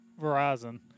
Verizon